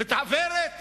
מתעוורת